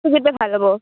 সেইটো ভাল হ'ব